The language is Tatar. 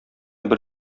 бер